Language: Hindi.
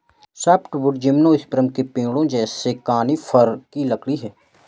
सॉफ्टवुड जिम्नोस्पर्म के पेड़ों जैसे कॉनिफ़र की लकड़ी है